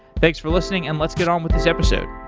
thanks for listening and let's get on with this episode